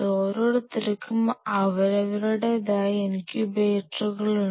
ഓരോരുത്തർക്കും അവരുടേതായ ഇൻക്യുബേറ്ററുകളുണ്ട്